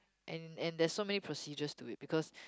and and there's so many procedures to it because